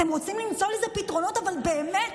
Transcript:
אתם רוצים למצוא לזה פתרונות באמת,